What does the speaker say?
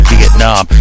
Vietnam